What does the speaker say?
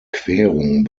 querung